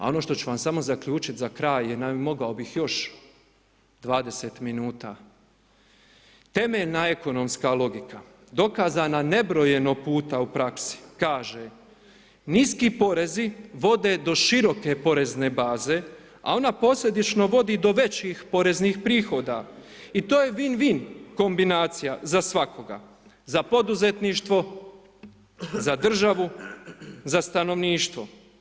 A ono što ću vam samo zaključit za kraj jer mogao bih još 20 minuta, temeljna ekonomska logika dokazana nebrojeno puta u praksi kaže, niski porezi vode do široke porezne baze a ona posljedično vodi do većih poreznih prihoda i to je win win kombinacija za svakoga, za poduzetništvo, za državu, za stanovništvo.